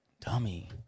Dummy